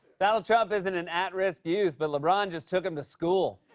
donald trump isn't an at-risk youth, but lebron just took him to school.